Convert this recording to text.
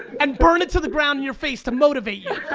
and burn it to the ground in your face to motivate you.